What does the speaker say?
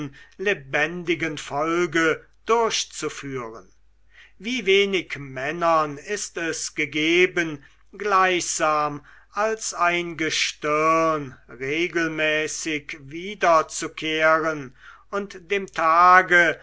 lebendigen folge durchzuführen wie wenig männern ist es gegeben gleichsam als ein gestirn regelmäßig wiederzukehren und dem tage